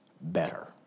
better